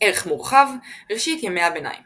ערך מורחב – ראשית ימי הביניים